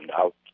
out